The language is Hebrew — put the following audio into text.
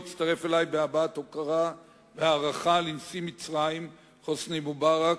יצטרף אלי בהבעת הוקרה והערכה לנשיא מצרים חוסני מובארק,